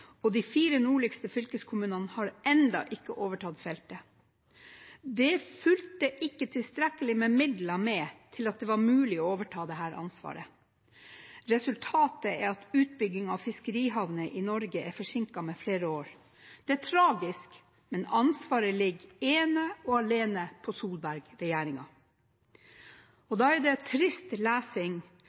og de fire nordligste fylkeskommunene har ennå ikke overtatt dette feltet. Det fulgte ikke tilstrekkelige midler med til at det var mulig å overta dette ansvaret. Resultatet er at utbygging av fiskerihavner i Norge er forsinket med flere år. Det er tragisk, men ansvaret ligger ene og alene hos Solberg-regjeringen. Da er det trist lesing